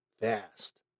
fast